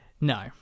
no